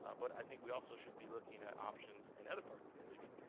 ah but i think we also should be looking at options in other parts of the city.